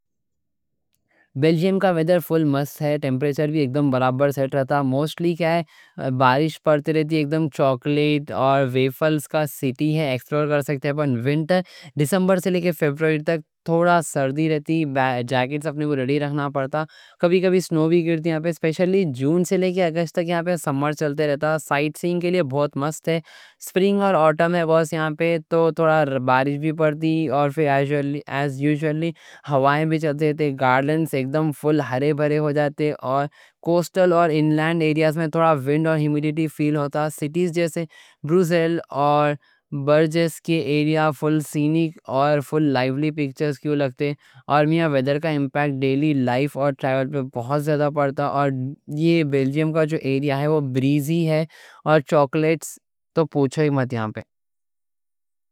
بیلجیم کا ویدر فل مست ہے، ٹیمپریچر بھی اکدام برابر سیٹ رہتا، موسٹلی کیا ہے بارش پڑتی رہتی۔ اکدام چاکلیٹ اور ویفلز کا سٹی ہے، ایکسپلور کر سکتے ہیں۔ دسمبر سے لے کر فروری تک تھوڑا سردی رہتی جاکٹس اپنے کو ریڈی رکھنا پڑتا۔ کبھی کبھی سنو بھی گرتی یہاں پہ، اسپیشلی جون سے لے کے اگست تک یہاں پہ سمر چلتے رہتا۔ سائٹ سیئنگ کے لئے بہت مست ہے، سپرنگ اور آٹم ہے یہاں پہ تو تھوڑا بارش بھی پڑتی۔ اور پھر ایز یوجولی ہوائیں بھی چلتے تھے۔ گارڈنز اکدام فل ہرے بھرے ہو جاتے اور کوسٹل اور اِن لینڈ ایریاز میں تھوڑا ونڈ اور ہمیڈیٹی فیل ہوتا۔ سٹیز جیسے برسل اور برجس کے ایریاز فل سینک اور فل لائیولی، پکچرز کیوں لگتے۔ اور میاں ویدر کا ایمپیکٹ ڈیلی لائف اور ٹریول پہ بہت زیادہ پڑتا، اور یہ بیلجیم کا جو ایریا وہ بریزی ہے، اور چاکلیٹس تو پوچھے ہی مت یہاں پہ۔